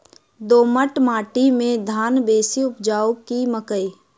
दोमट माटि मे धान बेसी उपजाउ की मकई?